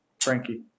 Frankie